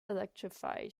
electrified